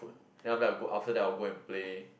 food then I'm like go after that I'll go and play